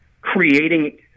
creating